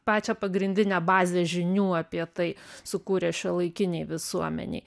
pačią pagrindinę bazę žinių apie tai sukūrė šiuolaikinei visuomenei